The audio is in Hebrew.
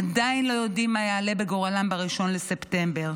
עדיין לא יודעים מה יעלה בגורלם ב-1 בספטמבר.